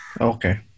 Okay